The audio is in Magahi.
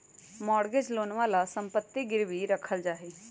मॉर्गेज लोनवा ला सम्पत्ति गिरवी रखल जाहई